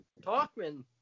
Talkman